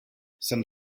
some